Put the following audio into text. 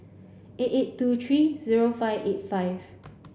eight eight two three zero five eight five